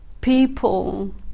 people